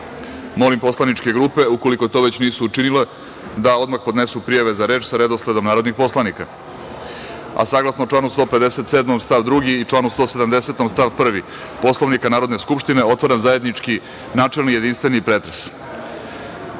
poslaničke grupe, ukoliko to već nisu učinile, da odmah podnesu prijave za reč sa redosledom narodnih poslanika. Saglasno članu 157. stav 2. i članu 170. stav 1. Poslovnika Narodne skupštine, otvaram zajednički načelni i jedinstveni pretres. Da